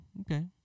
Okay